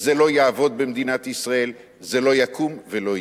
זה לא יעבוד במדינת ישראל, זה לא יקום ולא יהיה.